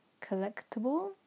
collectible